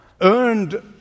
earned